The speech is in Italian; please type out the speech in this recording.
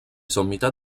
sommità